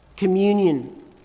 Communion